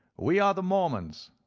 we are the mormons,